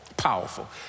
powerful